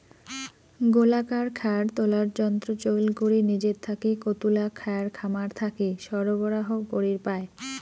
গোলাকার খ্যার তোলার যন্ত্র চইল করি নিজের থাকি কতুলা খ্যার খামার থাকি সরবরাহ করির পায়?